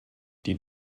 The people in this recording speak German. die